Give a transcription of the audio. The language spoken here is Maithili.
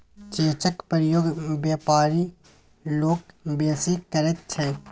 चेकक प्रयोग बेपारी लोक बेसी करैत छै